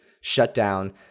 shutdown